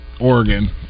Oregon